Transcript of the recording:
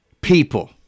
people